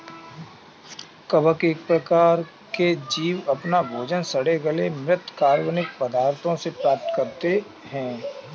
कवक एक प्रकार के जीव अपना भोजन सड़े गले म्रृत कार्बनिक पदार्थों से प्राप्त करते हैं